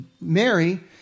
Mary